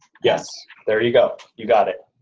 yes, there you go, you got it.